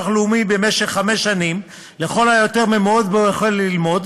לאומי במשך חמש שנים לכל היותר מהמועד שבו החל ללמוד,